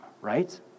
right